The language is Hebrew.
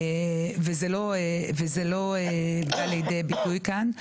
וזה לא בא לידי ביטוי כאן.